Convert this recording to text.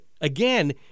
again